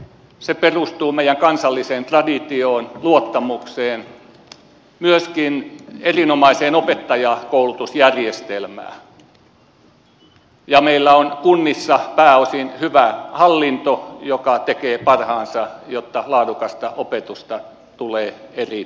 se perustuu meidän kansalliseen traditioon luottamukseen myöskin erinomaiseen opettajankoulutusjärjestelmään ja meillä on kunnissa pääosin hyvä hallinto joka tekee parhaansa jotta laadukasta opetusta tulee eri tasoilla